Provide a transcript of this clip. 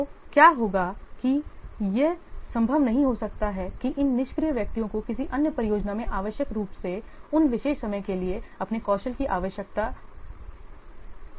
तो क्या होगा कि यह संभव नहीं हो सकता है कि इन निष्क्रिय व्यक्तियों को किसी अन्य परियोजना में आवश्यक रूप से उन विशेष समय के लिए अपने कौशल की आवश्यकता होगी